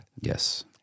Yes